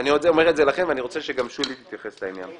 ואני רוצה שגם שולי תתייחס לעניין.